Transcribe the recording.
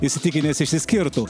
įsitikinęs išsiskirtų